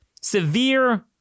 severe